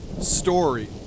story